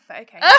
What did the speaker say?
Okay